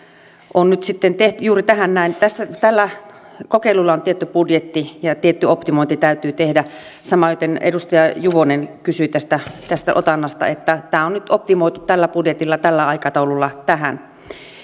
on nyt tehty juuri tähän näin tällä kokeilulla on tietty budjetti ja tietty optimointi täytyy tehdä samaten edustaja juvonen kysyi tästä tästä otannasta ja tämä on nyt optimoitu tällä budjetilla ja tällä aikataululla tähän